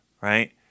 right